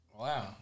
Wow